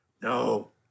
no